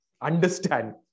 Understand